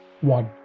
One